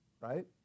right